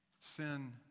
Sin